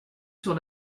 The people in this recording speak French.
sur